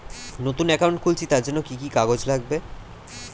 নতুন অ্যাকাউন্ট খুলছি তার জন্য কি কি কাগজ লাগবে?